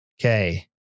Okay